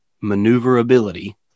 maneuverability –